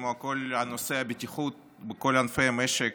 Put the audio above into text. כמו כל נושא הבטיחות בכל ענפי המשק,